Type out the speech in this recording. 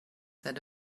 set